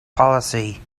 policy